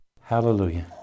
Hallelujah